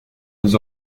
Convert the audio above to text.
des